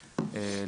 הבריאות,